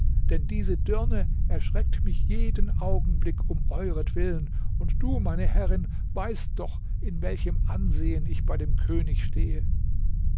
denn diese dirne erschreckt mich jeden augenblick um euretwillen und du meine herrin weißt doch in welchem ansehen ich bei dem könig stehe